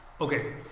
Okay